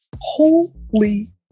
holy